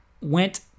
went